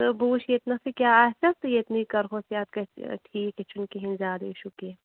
تہٕ بہٕ وُچھ ییٚتہٕ نَسٕے کیٛاہ آسیٚس تہٕ ییٚتہٕ نٕے کَرہوس چیٚک أسۍ یہِ ٹھیٖک یہِ چھُنہٕ کِہیٖنٛۍ زِیادٕ یہِ چھُنہٕ کیٚنٛہہ